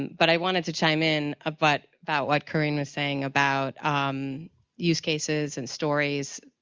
but i wanted to chime in ah but, about what corinne was saying about use cases and stories.